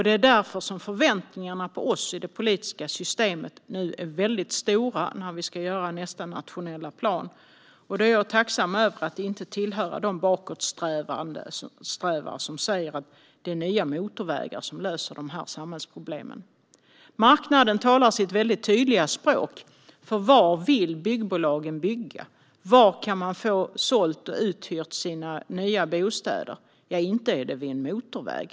Det är därför som förväntningarna på oss i det politiska systemet är väldigt stora när vi ska göra upp nästa nationella plan. Jag är tacksam över att inte tillhöra de bakåtsträvare som säger att det är nya motorvägar som löser dessa samhällsproblem. Marknaden talar sitt väldigt tydliga språk. Var vill byggbolagen bygga? Var kan man få sina nya bostäder sålda och uthyrda? Ja, inte är det vid en motorväg!